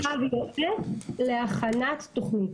לא, מגייסים עכשיו יועץ להכנת תכנית.